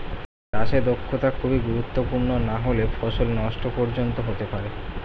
চাষে দক্ষতা খুবই গুরুত্বপূর্ণ নাহলে ফসল নষ্ট পর্যন্ত হতে পারে